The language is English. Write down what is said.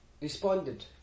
responded